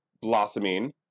blossoming